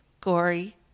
gory